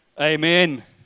amen